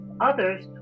others